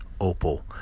opal